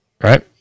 right